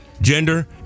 gender